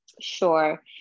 Sure